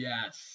Yes